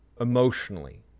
emotionally